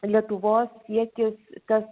lietuvos siekis tas